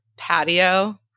patio